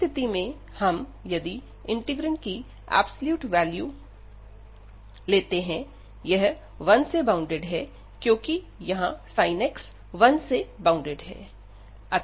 इस स्थिति में हम यदि इंटीग्रैंड की एब्सलूट वैल्यू है यह 1 से बॉउंडेड है क्योंकि यह sin x 1 से बॉउंडेड है